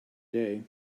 day